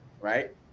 Right